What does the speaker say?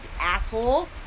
asshole